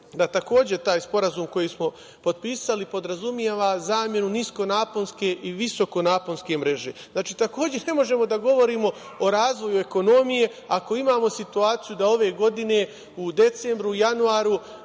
da taj sporazum koji smo potpisali podrazumeva zamenu niskonaponske i visokonaponske mreže. Znači, takođe ne možemo da govorimo o razvoju ekonomije ako imamo situaciju da ove godine u decembru, januaru,